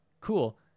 cool